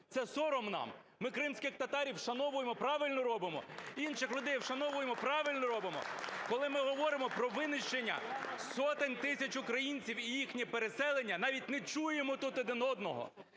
Це сором нам. Ми кримських татарів вшановуємо – правильно робимо, інших людей вшановуємо – правильно робимо. Коли ми говоримо про винищення сотень тисяч українців і їхнє переселення, навіть не чуємо тут один одного.